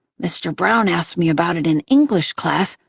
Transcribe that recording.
mr. browne asked me about it in english class,